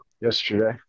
yesterday